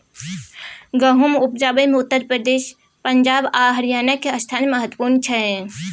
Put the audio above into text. गहुम उपजाबै मे उत्तर प्रदेश, पंजाब आ हरियाणा के स्थान महत्वपूर्ण छइ